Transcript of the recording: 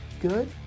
good